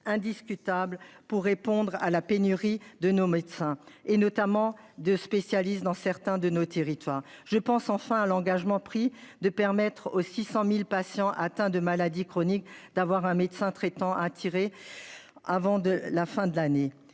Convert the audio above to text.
indiscutable pour répondre à la pénurie de nos médecins et notamment de spécialistes dans certains de nos territoires je pense enfin à l'engagement pris de permettre aux 600.000 patients atteints de maladies chroniques, d'avoir un médecin traitant a tiré. Avant de la fin de l'année.